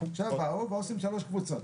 עכשיו עושים שלוש קבוצות.